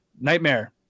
nightmare